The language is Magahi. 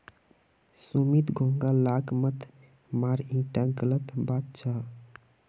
सुमित घोंघा लाक मत मार ईटा गलत बात छ